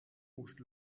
moest